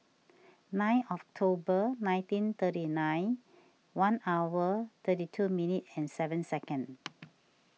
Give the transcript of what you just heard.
nine October nineteen thirty nine one hour thirty two minute and seven second